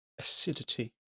acidity